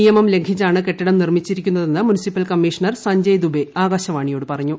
നിയമം ലംഘിച്ചാണ് കെട്ടിടം നിർമ്മിച്ചിരിക്കുന്നതെന്ന് മുനിസിപ്പൽ കമ്മീഷണർ സഞ്ജയ് ദുബേ ആകാശവാണിയോണ് പറഞ്ഞു